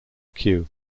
kew